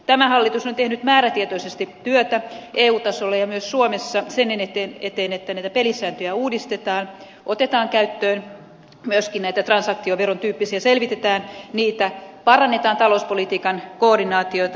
tämä hallitus on tehnyt määrätietoisesti työtä eu tasolla ja myös suomessa sen eteen että näitä pelisääntöjä uudistetaan otetaan käyttöön myöskin näitä trans aktioveron tyyppisiä välineitä selvitetään niitä parannetaan talouspolitiikan koordinaatiota